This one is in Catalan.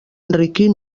enriquir